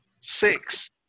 Six